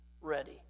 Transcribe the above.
ready